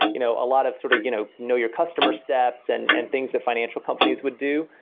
you know a lot of sort of, you know, know your customer steps and and things that financial companies would do,